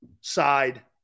side